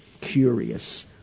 Curious